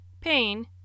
pain